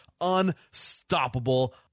unstoppable